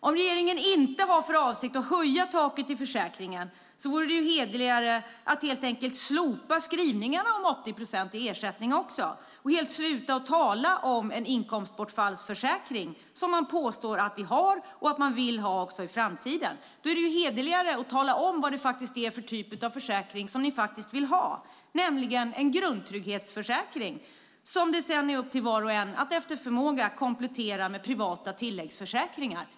Om regeringen inte har för avsikt att höja taket i försäkringen vore det hederligare att helt enkelt slopa skrivningarna om 80 procent i ersättning och helt sluta att tala om en inkomstbortfallsförsäkring, vilket man påstår att vi har och att man vill ha också i framtiden. Det är hederligare att tala om vad det faktiskt är för typ av försäkring som ni vill ha, nämligen en grundtrygghetsförsäkring som det sedan är upp till var och en att efter förmåga komplettera med privata tilläggsförsäkringar.